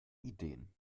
ideen